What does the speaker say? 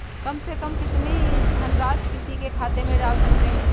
कम से कम कितनी धनराशि किसी के खाते में डाल सकते हैं?